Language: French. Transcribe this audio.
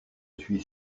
suis